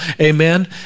amen